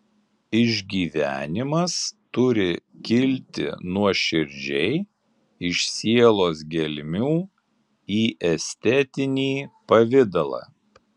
išgyvenimas turi kilti nuoširdžiai iš sielos gelmių į estetinį pavidalą